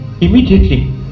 immediately